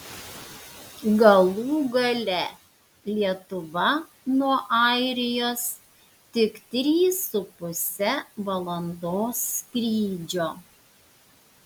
galų gale lietuva nuo airijos tik trys su puse valandos skrydžio